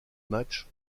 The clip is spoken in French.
matchs